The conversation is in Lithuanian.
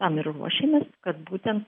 tam ir ruošiamės kad būtent